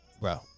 Bro